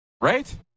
right